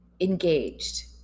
engaged